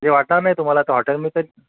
म्हणजे वाटणार नाही तुम्हाला असं हॉटेलमध्ये